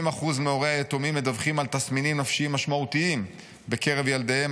70% מהורי היתומים מדווחים על תסמינים נפשיים משמעותיים בקרב ילדיהם,